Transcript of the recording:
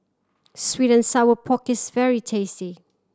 sweet and sour pork is very tasty